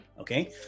okay